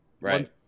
Right